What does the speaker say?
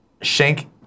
Shank